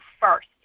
first